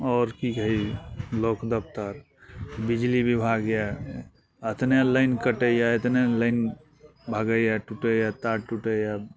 आओर की कही ब्लॉक दफ्तर बिजली बिभाग यऽ अतने लाइन कटैए एतने लाइन भागैए टुटैए तार टुटैए